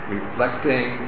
Reflecting